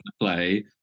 play